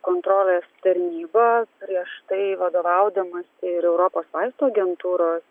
kontrolės tarnyba griežtai vadovaudamasi ir europos vaistų agentūros